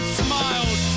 smiled